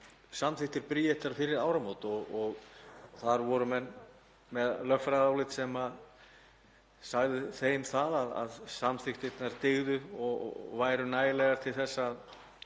samþykktir Bríetar fyrir áramót og þar voru menn með lögfræðiálit sem sagði þeim að samþykktirnar dygðu og væru nægilegar til þess að